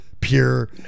pure